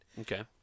Okay